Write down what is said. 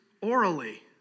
orally